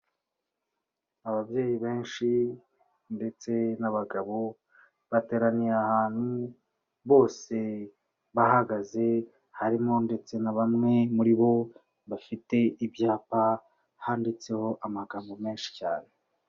Ababyeyi benshi ndetse n'abagabo, bateraniye ahantu, bose bahagaze, harimo ndetse na bamwe muri bo, bafite ibyapa, handitseho amagambo menshi cyane.